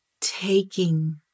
taking